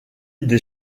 des